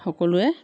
সকলোৱে